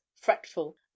fretful